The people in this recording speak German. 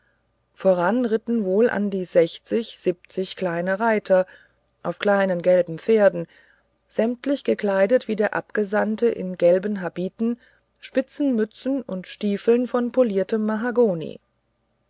voran ritten wohl an sechzig siebzig kleine reiter auf kleinen gelben pferden sämtlich gekleidet wie der abgesandte in gelben habiten spitzen mützen und stiefeln von poliertem mahagoni